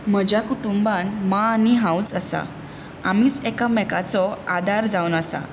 म्हज्या कुंटूंबान माँ आनी हांवूच आसा आमीच एका मेकाचो आदार जावन आसा